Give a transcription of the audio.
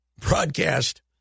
broadcast